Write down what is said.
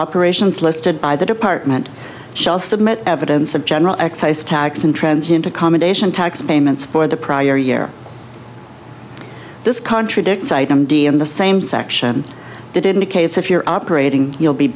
operations listed by the department shall submit evidence of general excise tax intransient accommodation tax payments for the prior year this contradicts item d in the same section that indicates if you're operating you'll be